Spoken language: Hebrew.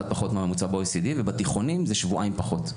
מהממוצע ב-OECD, ובתיכונים זה שבועיים פחות,